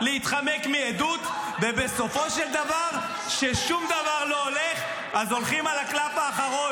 מעדות, סך הכול ללכת לתת עדות.